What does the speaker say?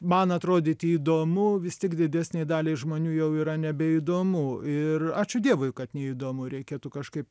man atrodyti įdomu vis tik didesnei daliai žmonių jau yra nebeįdomu ir ačiū dievui kad neįdomu reikėtų kažkaip